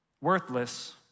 worthless